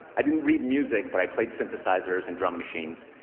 i didn't read music, but i played synthesizers and drum machines.